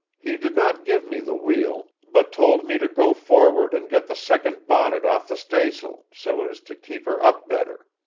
he did not give me the wheel, but told me to go forward and get the second bonnet off the staysail, so as to keep her up better.